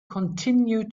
continue